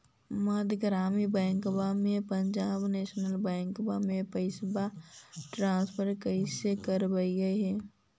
मध्य ग्रामीण बैंकवा से पंजाब नेशनल बैंकवा मे पैसवा ट्रांसफर कैसे करवैलीऐ हे?